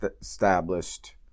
established